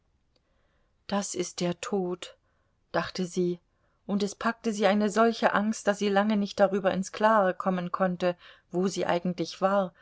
das ist der tod dachte sie und es packte sie eine solche angst daß sie lange nicht darüber ins klare kommen konnte wo sie eigentlich war